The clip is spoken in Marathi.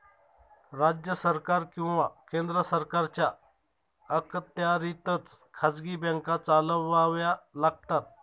राज्य सरकार किंवा केंद्र सरकारच्या अखत्यारीतच खाजगी बँका चालवाव्या लागतात